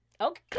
Okay